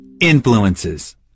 Influences